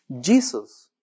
Jesus